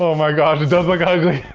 my gosh, it does look ugly!